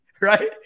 right